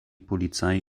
polizei